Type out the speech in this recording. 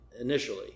initially